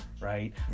right